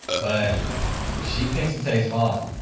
but she thinks it tastes fine.